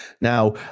Now